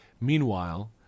Meanwhile